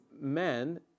men